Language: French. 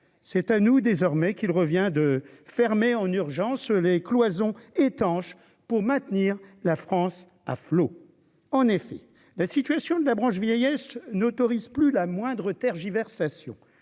c'est à nous désormais qu'il revient de fermer en urgence les cloisons étanches pour maintenir la France à flot, en effet, la situation de la branche vieillesse n'autorise plus la moindre tergiversations,